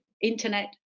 internet